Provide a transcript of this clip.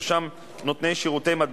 מנומק בכתב